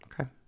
Okay